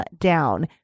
down